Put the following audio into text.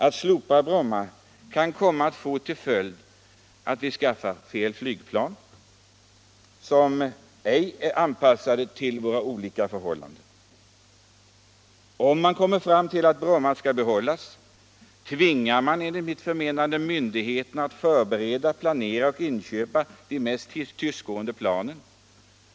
Ett slopande av Bromma kan komma att få till följd att vi skaffar fel flygplan, som ej är anpassade till olika förhållanden. Om man kommer fram till att Bromma skall behållas, tvingar man myndigheterna att förbereda, planera och inköpa de mest tystgående planen.